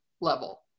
level